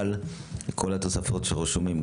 אבל כל התוספות שרשומים,